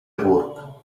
gurb